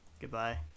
Goodbye